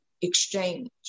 exchange